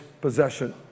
possession